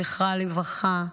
זכרה לברכה,